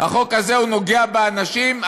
החוק הזה נוגע באנשים,